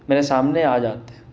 میرے سامنے آ جاتے ہیں